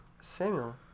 Samuel